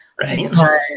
Right